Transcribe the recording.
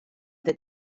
that